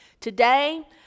Today